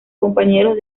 compañeros